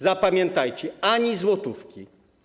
Zapamiętajcie: ani złotówki.